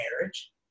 marriage